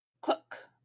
cook